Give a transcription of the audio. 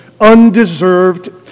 undeserved